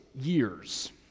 years